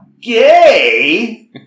gay